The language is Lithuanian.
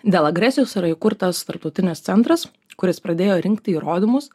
dėl agresijos yra įkurtas tarptautinis centras kuris pradėjo rinkti įrodymus